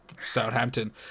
Southampton